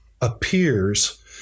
appears